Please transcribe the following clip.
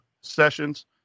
sessions